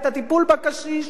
את הטיפול בקשיש,